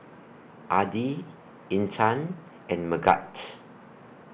Adi Intan and Megat